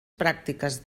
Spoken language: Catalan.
pràctiques